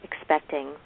expecting